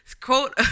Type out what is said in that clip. Quote